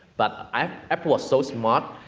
but, apple was so smart.